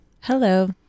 Hello